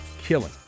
killing